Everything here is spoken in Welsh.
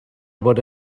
bod